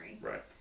Right